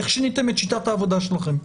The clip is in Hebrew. איך שיניתם את שיטת העבודה שלכם?